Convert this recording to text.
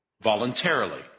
voluntarily